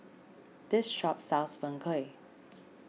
this shop sells Png Kueh